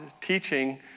teaching